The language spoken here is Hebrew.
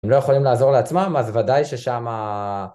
אם לא יכולים לעזור לעצמם, אז ודאי ששם ה...